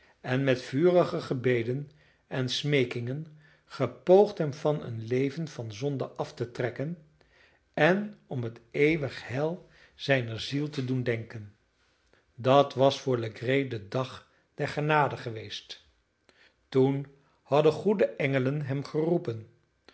en met vurige gebeden en smeekingen gepoogd hem van een leven van zonde af te trekken en om het eeuwige heil zijner ziel te doen denken dat was voor legree de dag der genade geweest toen hadden goede engelen hem geroepen